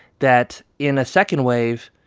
that in a second wave,